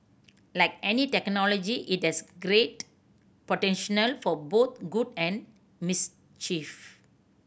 like any technology it has great potential for both good and mischief